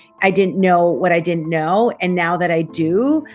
i didn't know what i didn't know and now that i do,